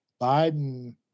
Biden